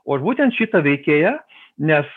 o aš būtent šitą veikėją nes